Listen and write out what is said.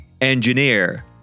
engineer